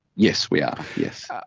yes, we are, yes. ah